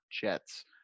Jets